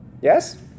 Yes